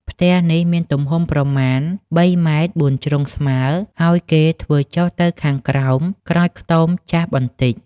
ផ្ទះនេះមានទំហំប្រមាណ ៣ម. បួនជ្រុងស្មើ ហើយគេធ្វើចុះទៅខាងក្រោម ក្រោយខ្ទមចាស់បន្តិច ។